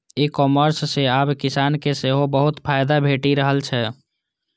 e commerce सं आब किसान के सेहो बहुत फायदा भेटि रहल छै